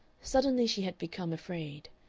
suddenly she had become afraid.